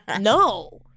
No